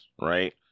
Right